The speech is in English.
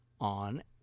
on